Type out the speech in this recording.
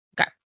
Okay